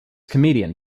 comedian